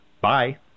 bye